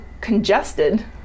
congested